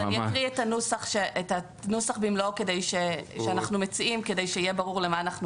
אני אקריא את הנוסח שאנחנו מציעים במלואו כדי שיהיה ברור למה אנחנו